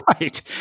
Right